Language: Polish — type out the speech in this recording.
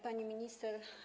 Pani Minister!